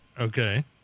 Okay